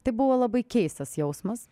tai buvo labai keistas jausmas